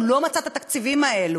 הוא לא מצא את התקציבים האלה.